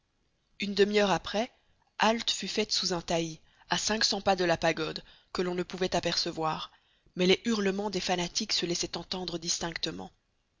une demi-heure après halte fut faite sous un taillis à cinq cents pas de la pagode que l'on ne pouvait apercevoir mais les hurlements des fanatiques se laissaient entendre distinctement